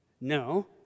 No